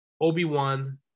obi-wan